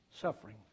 suffering